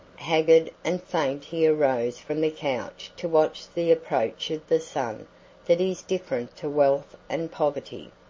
haggard and faint he arose from the couch to watch the approach of the sun that is indifferent to wealth and poverty,